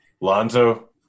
Lonzo